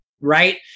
right